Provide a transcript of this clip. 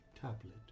tablet